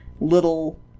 little